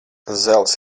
zelts